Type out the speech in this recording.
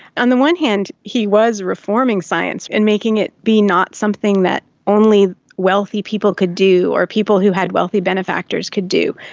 on the one hand he was reforming science and making it be not something that only wealthy people could do or people who had wealthy benefactors could do,